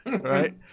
right